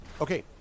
Okay